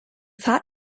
fahrt